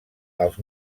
als